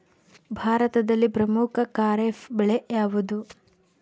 ಭಾರತದ ಪ್ರಮುಖ ಖಾರೇಫ್ ಬೆಳೆ ಯಾವುದು?